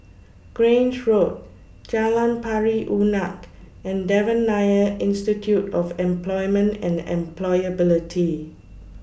Grange Road Jalan Pari Unak and Devan Nair Institute of Employment and Employability